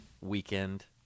weekend